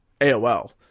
AOL